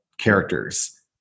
characters